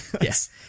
yes